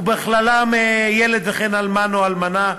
ובכללם ילד וכן אלמן או אלמנה,